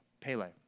Pele